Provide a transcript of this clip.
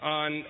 on